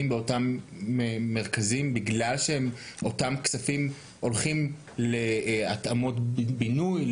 באותם מרכזים בגלל שאותם כספים הולכים להתאמות בבינוי,